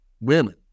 women